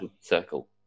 circle